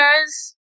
guys